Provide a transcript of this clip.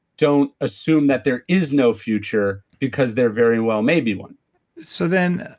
don't assume that there is no future because there very well may be one so then,